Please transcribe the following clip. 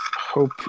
hope